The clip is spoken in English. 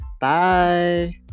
Bye